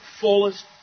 fullest